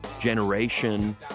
generation